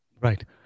Right